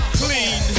clean